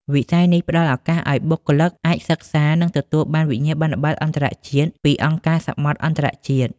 វិស័យនេះផ្តល់ឱកាសឱ្យបុគ្គលិកអាចសិក្សា និងទទួលបានវិញ្ញាបនបត្រអន្តរជាតិពីអង្គការសមុទ្រអន្តរជាតិ ។